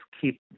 keep